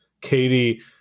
Katie